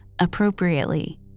Appropriately